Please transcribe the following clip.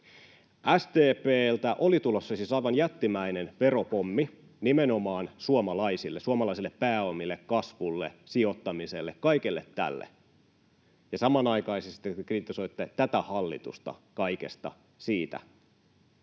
SDP:ltä oli tulossa siis aivan jättimäinen veropommi nimenomaan suomalaisille, suomalaisille pääomille, kasvulle, sijoittamiselle, kaikelle tälle, ja samanaikaisesti te kritisoitte tätä hallitusta kaikesta siitä.